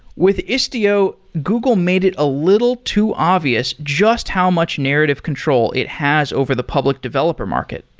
with istio, google made it a little too obvious just how much narrative control it has over the public developer market,